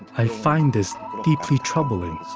i find this deeply troubling.